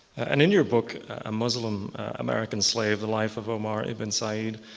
and in your book, a muslim american slave, the life of omar ibn said,